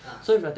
ah